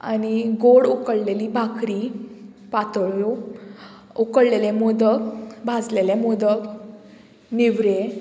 आनी गोड उकडलेली भकरी पातळ्यो उकडलेले मोदक भाजलेले मोदक निवरें